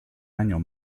año